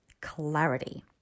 clarity